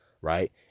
right